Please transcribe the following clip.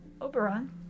Oberon